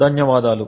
ధన్యవాదాలు